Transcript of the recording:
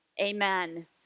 Amen